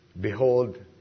Behold